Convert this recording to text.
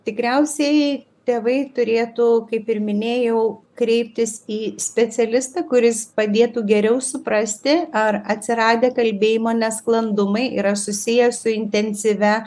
tikriausiai tėvai turėtų kaip ir minėjau kreiptis į specialistą kuris padėtų geriau suprasti ar atsiradę kalbėjimo nesklandumai yra susiję su intensyvia